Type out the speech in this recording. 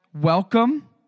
Welcome